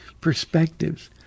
perspectives